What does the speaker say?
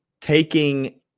taking